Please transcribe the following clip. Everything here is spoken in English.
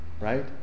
Right